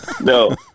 No